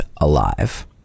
ALIVE